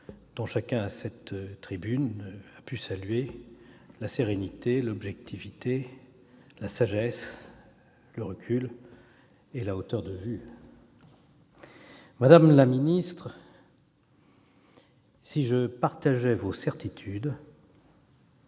dont chacun, à cette tribune, a pu saluer la sérénité, l'objectivité, la sagesse, le recul et la hauteur de vue. Madame la ministre, si je partageais vos certitudes,